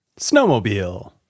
Snowmobile